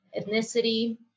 ethnicity